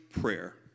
prayer